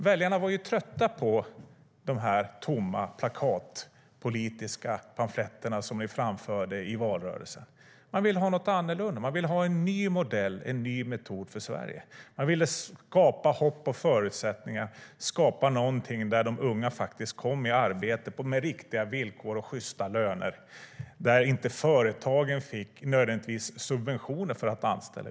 Väljarna var ju trötta på de tomma, plakatpolitiska pamfletterna ni framförde i valrörelsen. Man ville ha något annorlunda, en ny modell och en ny metod, för Sverige. Man ville skapa hopp och förutsättningar - skapa någonting som gör att de unga faktiskt kommer i arbete med riktiga villkor och sjysta löner och där företagen inte nödvändigtvis får subventioner för att anställa.